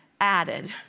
added